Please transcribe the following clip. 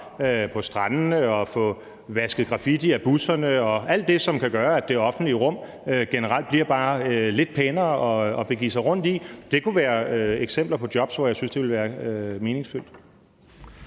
på strandene og få vasket graffiti af busserne og alt det, som kan gøre, at det offentlige rum generelt bliver bare lidt pænere at begive sig rundt i. Det kunne være eksempler på jobs, hvor jeg synes det ville være meningsfyldt.